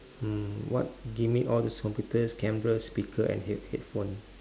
mm what give me all those computers camera speaker head~ headphones